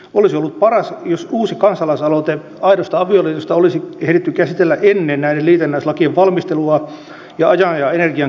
olisi ollut paras jos uusi kansalaisaloite aidosta avioliitosta olisi ehditty käsitellä ennen näiden liitännäislakien valmistelua ja olisi laitettu ajan ja energian käyttöä näihin